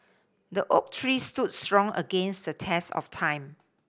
the oak tree stood strong against the test of time